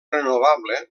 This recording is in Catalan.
renovable